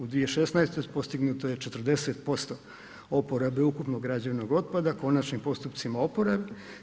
U 2016. postignuto je 40% oporabe ukupnog građevnog otpada konačnim postupcima oporabe.